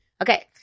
Okay